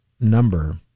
number